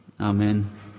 Amen